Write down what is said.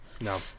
No